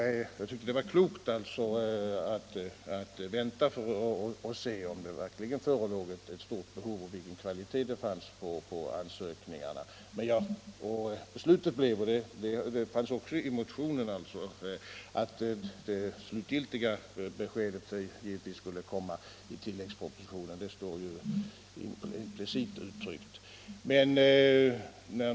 Vi tyckte att det var klokt att vänta för att se om det verkligen förelåg ett stort behov och vilken kvalitet det var på ansökningarna. Beslutet innebar att det slutliga beskedet skulle ges i en tilläggsproposition, och det står också implicit uttryckt i motionen.